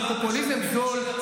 זה פופוליזם זול.